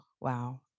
Wow